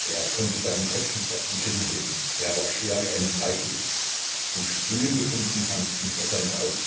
er konnte seinen kopf nicht aus den kissen heben er war schwer wie eine bleikugel und sprühende funken tanzten vor seinen augen